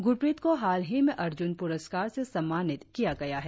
गुरप्रीत को हाल ही में अर्जुन पुरस्कार से सम्मानित किया गया है